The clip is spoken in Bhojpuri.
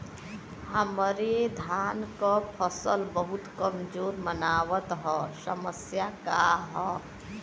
हमरे धान क फसल बहुत कमजोर मनावत ह समस्या का ह?